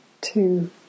two